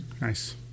Nice